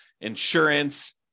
insurance